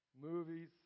movies